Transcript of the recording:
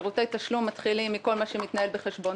שירותי תשלום מתחילים עם כל מה שמתנהל בחשבון